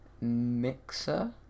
Mixer